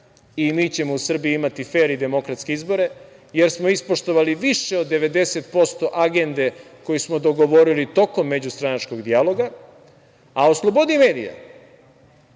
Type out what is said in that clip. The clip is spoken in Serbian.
i mi ćemo u Srbiji imati fer i demokratske izbore, jer smo ispoštovali više od 90% agende koju smo dogovorili tokom međustranačkog dijaloga, a o slobodi medija,